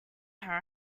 her